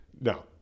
No